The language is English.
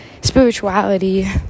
spirituality